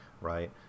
right